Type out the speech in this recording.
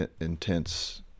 intense